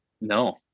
No